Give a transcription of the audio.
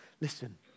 listen